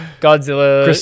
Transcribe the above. godzilla